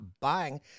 buying